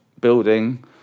building